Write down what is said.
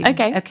Okay